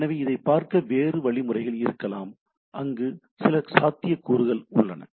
எனவே அதைப் பார்க்க வேறு வழிமுறைகள் இருக்கலாம் அங்கு சில சாத்தியக்கூறுகள் உள்ளன